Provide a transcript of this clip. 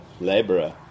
laborer